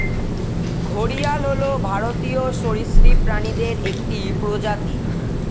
ঘড়িয়াল হল ভারতীয় সরীসৃপ প্রাণীদের একটি প্রজাতি